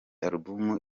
album